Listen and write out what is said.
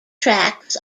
tracks